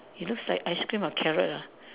it looks like ice cream or carrot ah